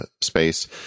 space